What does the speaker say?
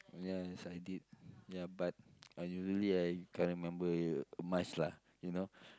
yes I did ya but I really I can't remember much lah you know